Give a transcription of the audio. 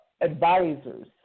advisors